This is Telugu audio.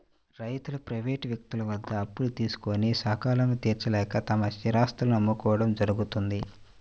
రైతులు ప్రైవేటు వ్యక్తుల వద్ద అప్పులు తీసుకొని సకాలంలో తీర్చలేక తమ స్థిరాస్తులను అమ్ముకోవడం జరుగుతోంది